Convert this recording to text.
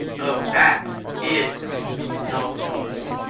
oh, that is nonsense.